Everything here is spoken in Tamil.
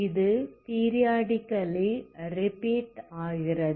இது பீரியாடிக்கல்லி ரிப்பீட் ஆகிறது